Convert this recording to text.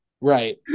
Right